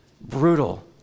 brutal